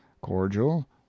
cordial